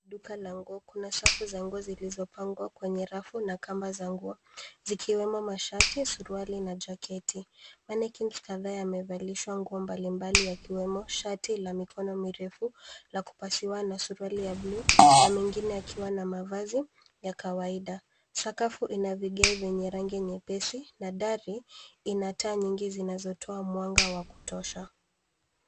Duka la nguo. Kuna safu za nguo zilizopangwa kwenye rafu na kamba za nguo zikiwemo mashati, suruali na jaketi. Mannequins kadhaa yamevalishwa manguo mbalimbali yakiwemo shtai la mikono mirefu la kupasiwa na suruali ya buluu na mengine yakiwa na mavazi ya kawaida. Sakafu ina vigae vyenye rangi nyepesi na dari ina taa nyingi zinazotoa mwanga wa kutosha.